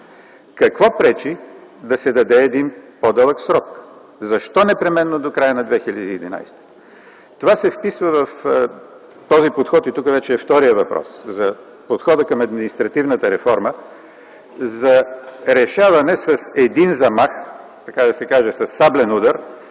Какво пречи да се даде един по-дълъг срок? Защо непременно до края на 2011 г.? Това се вписва в този подход, и тук вече е вторият въпрос – за подхода към административната реформа, за решаване с един замах, така да се каже със саблен удар,